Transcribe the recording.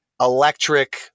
electric